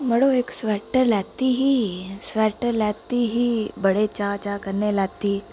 मड़ो इक स्वैटर लैत्ती ही स्वैटर लैत्ती ही बड़े चाऽ चाऽ कन्नै लैत्ती